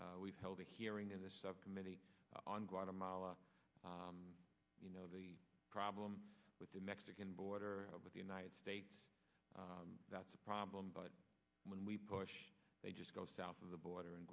we've held a hearing in the subcommittee on guatemala you know the problem with the mexican border with the united states that's a problem but when we push they just go south of the border